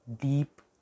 deep